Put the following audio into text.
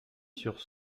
sur